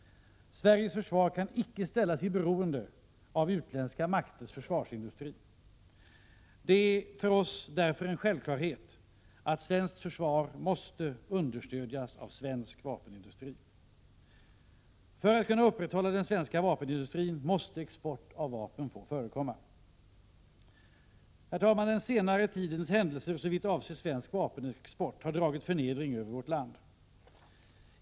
Sveriges försvar kan icke ställas i beroende av utländska makters försvarsindustri. Det är för oss därför en självklarhet att svenskt försvar måste understödjas av en svensk vapenindustri. För att vi skall kunna upprätthålla den svenska vapenindustrin måste export av vapen få förekomma. Herr talman! Den senare tidens händelser såvitt avser svensk vapenexport har dragit förnedring över vårt land.